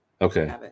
okay